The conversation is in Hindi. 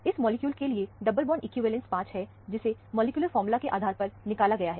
इस मॉलिक्यूल के लिए डबल बॉन्ड इक्विवेलेंस 5 है जिसे मॉलिक्यूलर फार्मूला के आधार पर निकाला गया है